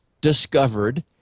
discovered